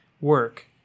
work